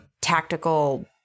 tactical